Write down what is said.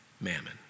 mammon